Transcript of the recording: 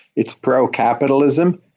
it's pro-capitalism.